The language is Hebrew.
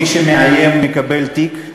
מי שמאיים, מקבל תיק,